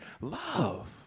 love